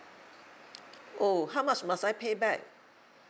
oh how much must I pay back